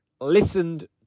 listened